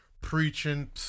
preaching